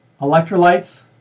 electrolytes